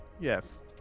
Yes